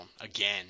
again